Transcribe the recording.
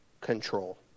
control